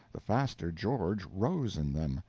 the faster george rose in them.